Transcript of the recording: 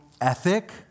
ethic